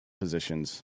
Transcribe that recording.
Positions